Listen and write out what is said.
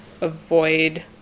avoid